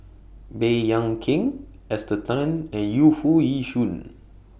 Baey Yam Keng Esther Tan and Yu Foo Yee Shoon